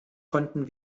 konnten